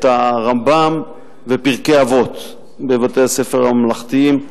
את הרמב"ם, ופרקי אבות, בבתי-הספר הממלכתיים.